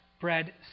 bread